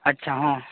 ᱟᱪᱪᱷᱟ ᱦᱮᱸ